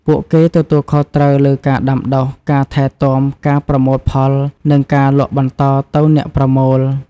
ពួកគេទទួលខុសត្រូវលើ ការដាំដុះ ការថែទាំ ការប្រមូលផល និងការលក់បន្តទៅអ្នកប្រមូល។